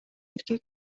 эркек